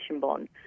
bond